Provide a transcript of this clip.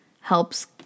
helps